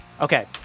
Okay